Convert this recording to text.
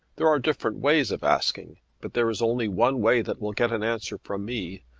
there are different ways of asking but there is only one way that will get an answer from me.